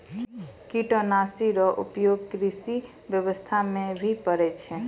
किटो सनी रो उपयोग से कृषि व्यबस्था मे भी पड़ै छै